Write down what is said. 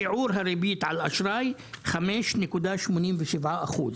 שיעור הריבית על אשראי הוא 5.87 אחוז,